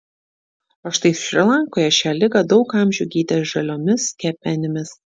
o štai šri lankoje šią ligą daug amžių gydė žaliomis kepenimis